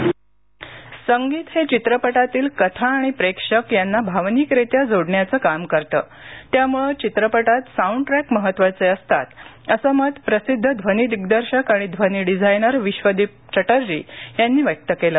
PIFF संगीत हे चित्रपटातील कथा आणि प्रेक्षक यांना भावनिकरीत्या जोडण्याचा काम करतं त्यामुळे चित्रपटात साऊंड ट्रॅक महत्त्वाचे असतात असं मत प्रसिद्ध ध्वनी दिग्दर्शक आणि ध्वनी डिझायनर बिश्वदीप चॅटर्जी यांनी व्यक्त केलं